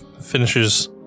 finishes